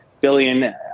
billion